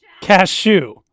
Cashew